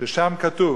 ששם כתוב